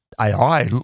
AI